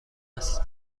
است